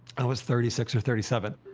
i was thirty six or thirty seven.